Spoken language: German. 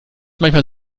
manchmal